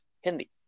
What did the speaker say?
Hindi